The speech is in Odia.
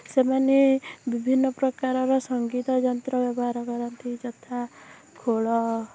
ସେମାନେ ବିଭିନ୍ନପ୍ରକାରର ସଙ୍ଗୀତ ଯନ୍ତ୍ର ବ୍ୟବହାର କରନ୍ତି ଯଥା ଖୋଳ